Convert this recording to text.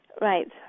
Right